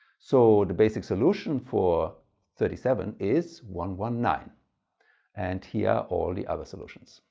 so the basic solution for thirty seven is one one nine and here are all the other solutions.